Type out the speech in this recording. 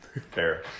Fair